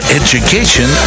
education